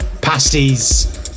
Pasties